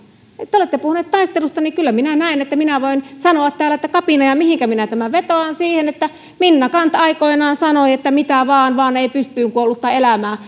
te olette puhunut taistelusta niin kyllä minä näen että minä voin sanoa täällä että kapina ja mihinkä minä tämän vetoan siihen että minna canth aikoinaan sanoi että mitä vaan vaan ei pystyyn kuollutta elämää